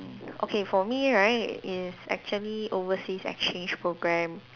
okay for me right it is actually overseas exchange program